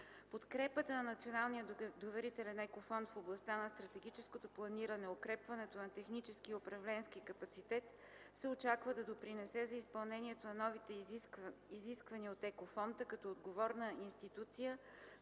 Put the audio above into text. Подкрепата на Националния доверителен Еко Фонд в областта на стратегическото планиране, укрепването на техническия и управленски капацитет се очаква да допринесе за изпълнението на новите изисквания от Националния доверителен